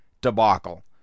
debacle